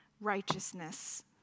righteousness